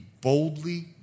boldly